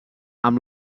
amb